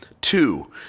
Two